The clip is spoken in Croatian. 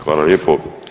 Hvala lijepo.